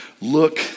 Look